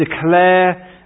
declare